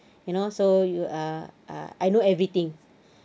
you know so you err err I know everything